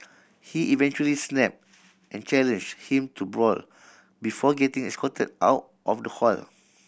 he eventually snap and challenge him to a brawl before getting escorted out of the hall